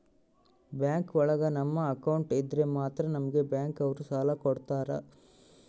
bank ಒಳಗ ನಮ್ account ಇದ್ರೆ ಮಾತ್ರ ನಮ್ಗೆ ಬ್ಯಾಂಕ್ ಅವ್ರು ಸಾಲ ಕೊಡ್ತಾರ